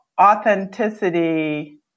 authenticity